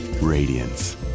radiance